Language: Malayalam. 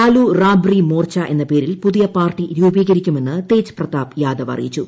ലാലു റാബ്രി മോർച്ച എന്ന പേരിൽ പുതിയ പാർട്ടി രൂപീകരിക്കുമെന്ന് തേജ് പ്രതാപ് യാദവ് അറിയിച്ചു